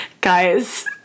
guys